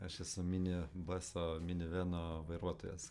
aš esu mini baso mini veno vairuotojas